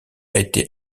été